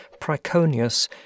Priconius